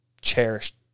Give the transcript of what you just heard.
cherished